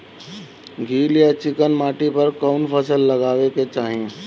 गील या चिकन माटी पर कउन फसल लगावे के चाही?